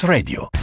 Radio